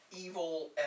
evil